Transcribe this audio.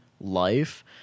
life